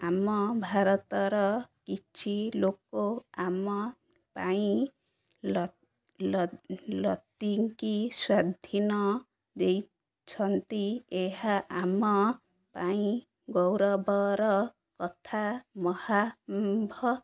ଆମ ଭାରତର କିଛି ଲୋକ ଆମ ପାଇଁ ଲ ଲତିଙ୍କି ସ୍ଵାଧୀନ ଦେଇଛନ୍ତି ଏହା ଆମ ପାଇଁ ଗୌରବର କଥା ମହାମ୍ଭ